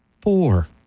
four